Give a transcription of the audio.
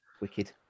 Wicked